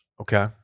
Okay